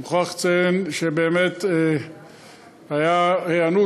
אני מוכרח לציין שבאמת הייתה היענות,